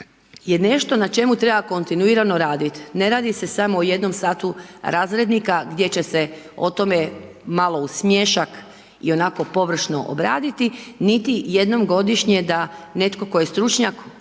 je nešto na čemu treba kontinuirano raditi. Ne radi se samo o jednom satu razrednika gdje će se o tome malo u smiješak i onako površno obraditi niti jednom godišnje da netko tko je stručnjak